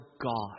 God